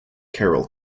carroll